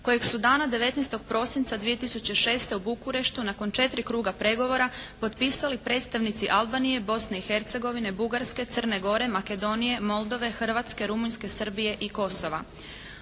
kojeg su dana 19. prosinca 2006. u Bukureštu nakon 4 kruga pregovora potpisali predstavnici Albanije, Bosne i Hercegovine, Bugarske, Crne Gore, Makedonije, Moldove, Hrvatske, Rumunjske, Srbije i Kosova.